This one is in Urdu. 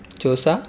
چوسا